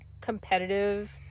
competitive